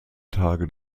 tage